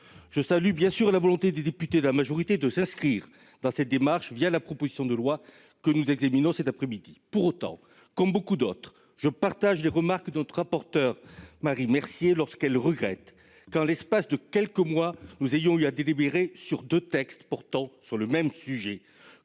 Je salue, bien sûr, la volonté des députés de la majorité de s'inscrire dans cette démarche, la proposition de loi que nous examinons cet après-midi. Pour autant, comme beaucoup, je partage la remarque de notre rapporteur, Marie Mercier, lorsqu'elle regrette que, en l'espace de quelques mois, nous ayons eu à délibérer sur deux textes portant sur le même sujet,